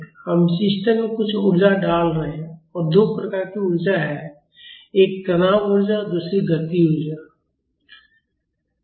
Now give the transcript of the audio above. हम सिस्टम में कुछ ऊर्जा डाल रहे हैं और दो प्रकार की ऊर्जाएं हैं एक तनाव ऊर्जा है और दूसरी गतिज ऊर्जा है